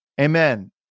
Amen